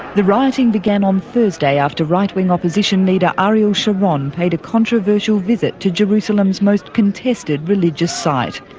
the rioting began on thursday after right-wing opposition leader ariel sharon paid a controversial visit to jerusalem's most contested religious site.